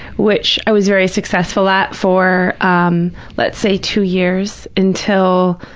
which i was very successful at for, um let's say, two years, until,